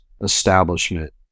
establishment